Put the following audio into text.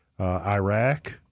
Iraq